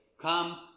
comes